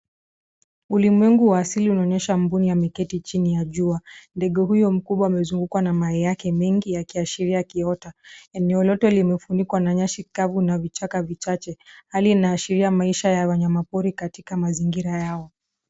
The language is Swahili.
Ulimwengu wa asili unaonyesha mbuni ameketi chini ya jua. Ndege huyo mkubwa amezungukwa na mayai yake mengi ya kiashiria kiota. Eneo lote limefunikwa na nyasi kavu na vichaka vichache. Hali inaashiria maisha ya wanyama pori katika mazingira yao.